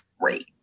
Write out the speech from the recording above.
great